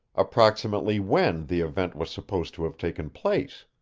approximately when the event was supposed to have taken place.